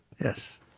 Yes